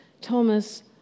Thomas